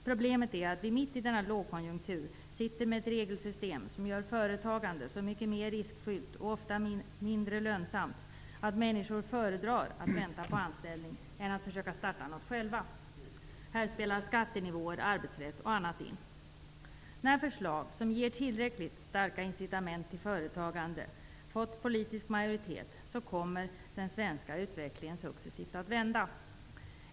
Problemet är att vi mitt i denna lågkonjunktur sitter med ett regelsystem som gör företagande så mycket mer riskfyllt och ofta mindre lönsamt att människor föredrar att vänta på anställning än att försöka att starta något själva. Här spelar skattenivåer, arbetsrätt och annat in. När förslag som ger tillräckligt starka incitament till företagande fått politisk majoritet kommer den svenska utvecklingen successivt att vända.